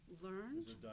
learned